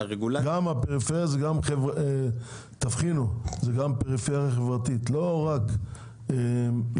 הפריפריה היא גם פריפריה חברתית ולא רק גיאוגרפית.